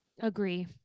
Agree